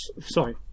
Sorry